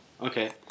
Okay